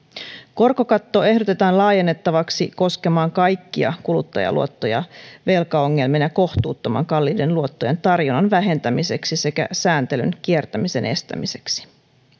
korkokatto ehdotetaan laajennettavaksi koskemaan kaikkia kuluttajaluottoja velkaongelmien ja kohtuuttoman kalliiden luottojen tarjonnan vähentämiseksi sekä sääntelyn kiertämisen estämiseksi